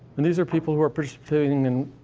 and these are people who are participating in,